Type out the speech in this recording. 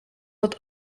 het